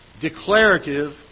declarative